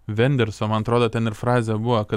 venderso man atrodo ten ir frazė buvo kad